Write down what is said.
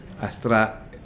Astra